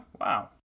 Wow